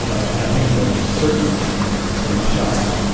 i think there's certainly some shock,